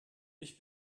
ich